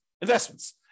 investments